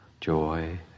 joy